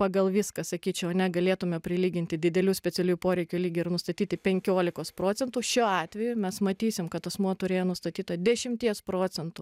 pagal viską sakyčiau negalėtume prilyginti didelių specialiųjų poreikių lygį ir nustatyti penkiolikos procentų šiuo atveju mes matysim kad asmuo turėjo nustatytą dešimties procentų